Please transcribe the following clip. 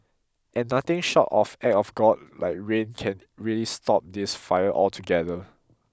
and nothing short of act of god like rain can really stop this fire altogether